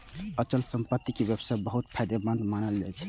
अचल संपत्तिक व्यवसाय बहुत फायदेमंद मानल जाइ छै